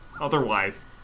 Otherwise